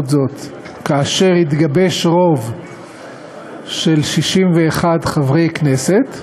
זאת כאשר יתגבש רוב של 61 חברי כנסת,